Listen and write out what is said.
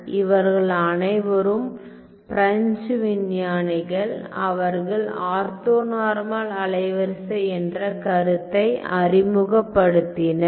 இவர்கள் அனைவரும் பிரெஞ்சு விஞ்ஞானிகள் அவர்கள் ஆர்த்தோனார்மல் அலைவரிசை என்ற கருத்தை அறிமுகப்படுத்தினர்